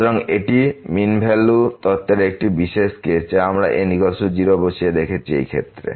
সুতরাং এটি mean value তত্ত্বের একটি বিশেষ কেস যা আমরা n 0 বসিয়ে দেখেছি এই ক্ষেত্রে